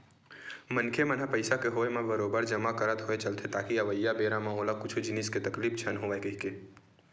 मनखे मन ह पइसा के होय म बरोबर जमा करत होय चलथे ताकि अवइया बेरा म ओला कुछु जिनिस के तकलीफ झन होवय कहिके